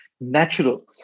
natural